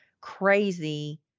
crazy